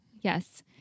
yes